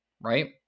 right